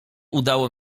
udało